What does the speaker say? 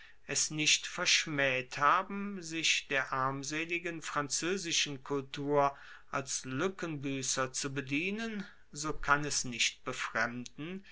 es nicht verschmaeht haben sich der armseligen franzoesischen kultur als lueckenbuesser zu bedienen so kann es nicht befremden